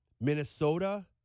Minnesota